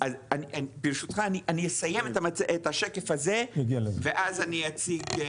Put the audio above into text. אז ברשותך אני אסיים את השקף הזה ואז אני אציג.